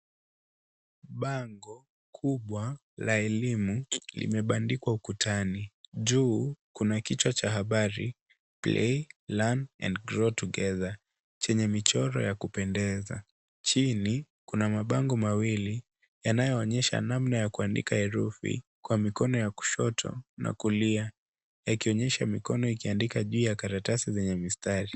Bango kubwa la Elimu, limebandikwa ukutani. Juu, kuna kichwa cha habari Play learn & grow together . Chenye michoro ya kupendeza. Chini, kuna mabango mawili, yanayoonyesha namna ya kuandika herufi kwa mikono ya kushoto na kulia. Ikionyesha mikono ikiandika juu ya karatasi ya mistari.